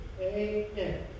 Amen